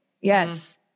yes